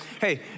hey